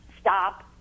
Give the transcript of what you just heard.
stop